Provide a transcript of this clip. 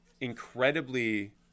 incredibly